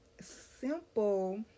simple